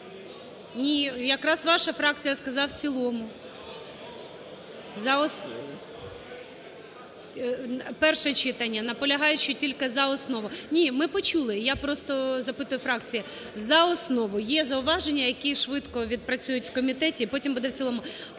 Ні, якраз ваша фракція сказала, в цілому. Перше читання, наполягаючи тільки за основу. Ні, ми почули, я просто запитую фракції. За основу. Є зауваження, які швидко відпрацюють в комітеті, і потім буде в цілому.